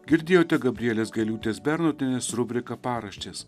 girdėjote gabrielės gailiūtės bernotienės rubriką paraštės